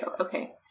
okay